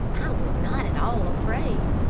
i was not at all afraid,